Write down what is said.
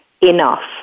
enough